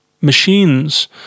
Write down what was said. machines